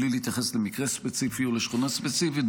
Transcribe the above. בלי להתייחס למקרה ספציפי או לשכונה ספציפית,